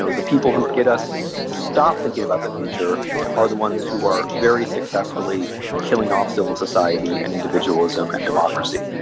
so the people who get us to stop thinking about the future are the ones who are very successfully killing off civil society, and individualism, and democracy.